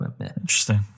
Interesting